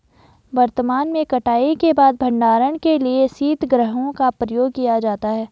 वर्तमान में कटाई के बाद भंडारण के लिए शीतगृहों का प्रयोग किया जाता है